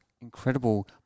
incredible